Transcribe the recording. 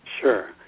Sure